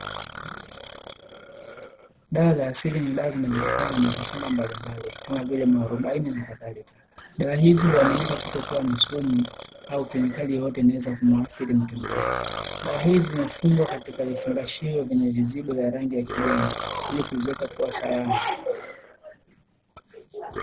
Dawa za asili ni dawa zinazotoka na miti mbalimbali kama vile muharubaiji na kadhalika, dawa hizi huaminika kutokuwa na sumu au kemikali yoyote inayoweza kumuathiri mtumiaji. Dawa hizi zimefungwa katika kifungashio vyenye vizibo vya rangi ya kijani hili kuziweka kuwa salama.